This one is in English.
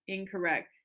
Incorrect